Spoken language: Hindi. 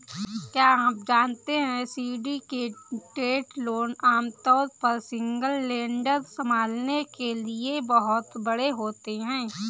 क्या आप जानते है सिंडिकेटेड लोन आमतौर पर सिंगल लेंडर संभालने के लिए बहुत बड़े होते हैं?